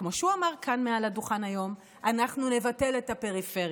כמו שהוא אמר כאן מעל הדוכן היום: אנחנו נבטל את הפריפריה.